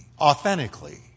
authentically